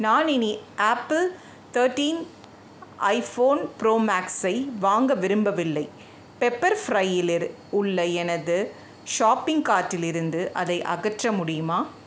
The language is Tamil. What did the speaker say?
நான் இனி ஆப்பிள் தர்ட்டின் ஐஃபோன் ப்ரோ மேக்ஸை வாங்க விரும்பவில்லை பெப்பர் ஃபிரையில் இரு உள்ள எனது ஷாப்பிங் கார்ட்டில் இருந்து அதை அகற்ற முடியுமா